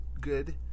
good